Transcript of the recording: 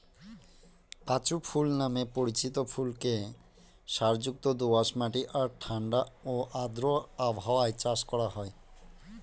পাঁচু ফুল নামে পরিচিত ফুলকে সারযুক্ত দোআঁশ মাটি আর ঠাণ্ডা ও আর্দ্র আবহাওয়ায় চাষ করা হয়